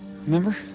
Remember